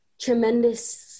tremendous